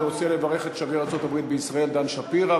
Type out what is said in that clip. אני רוצה לברך את שגריר ארצות-הברית בישראל דן שפירו,